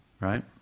right